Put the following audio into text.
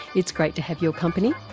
it's great to have your company,